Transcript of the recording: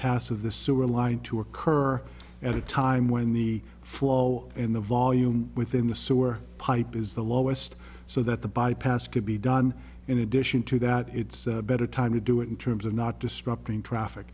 pass of the sewer line to occur at a time when the flow in the volume within the sewer pipe is the lowest so that the bypass could be done in addition to that it's a better time to do it in terms of not destructing traffic